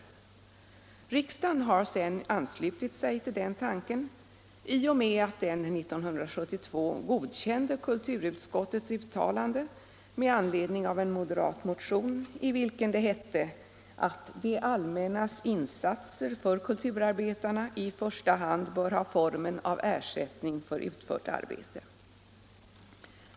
Riksdagen har 13 mars 1975 sedan anslutit sig till den tanken, i och med att den 1972 godkände I kulturutskottets uttalande med anledning av en moderat motion, i vilken — Anslag till kulturändet hette att ”det allmännas insatser för kulturarbetarna i första hand damål bör ha formen av ersättning för utfört arbete”.